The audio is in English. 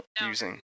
using